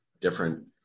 different